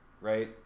right